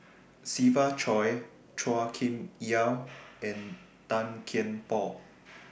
Siva Choy Chua Kim Yeow and Tan Kian Por